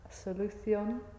solución